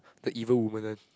the evil woman one